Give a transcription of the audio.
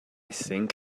think